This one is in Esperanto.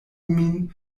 min